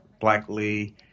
Blackley